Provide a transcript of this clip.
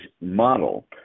model